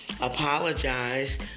apologize